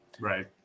Right